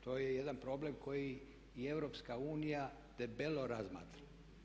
To je jedan problem koji i EU debelo razmatra.